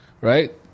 right